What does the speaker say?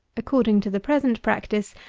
according to the present practice,